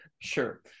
Sure